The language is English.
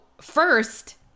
first